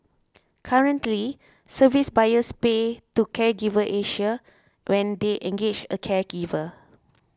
currently service buyers pay to Caregiver Asia when they engage a caregiver